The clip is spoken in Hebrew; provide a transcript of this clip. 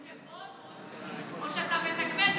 או שאתה מתגמל,